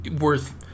worth